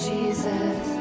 Jesus